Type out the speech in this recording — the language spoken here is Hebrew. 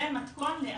זה מתכון לאסון.